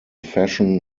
fashion